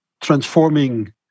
transforming